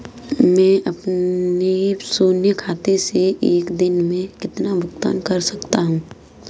मैं अपने शून्य खाते से एक दिन में कितना भुगतान कर सकता हूँ?